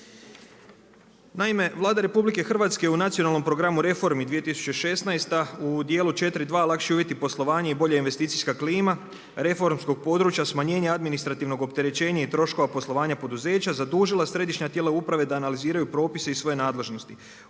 Naime, Vlada RH u Nacionalnom programu reformi 2016. u dijelu 4.2. lakši uvjeti poslovanja i bolja investicijska klima reformskog područja, smanjenje administrativnog opterećenja i troškova poslovanja poduzeća zadužila središnja tijela uprave da analiziraju propise iz svoje nadležnosti